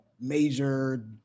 major